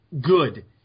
good